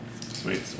Sweet